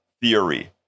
Theory